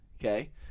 okay